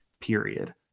period